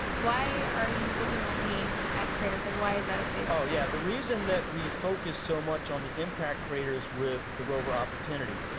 why are you looking only at craters, like why is that a big deal? oh yeah, the reason that we focus so much on the impact craters with the rover opportunity.